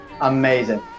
Amazing